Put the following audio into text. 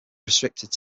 restricted